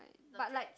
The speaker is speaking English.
but like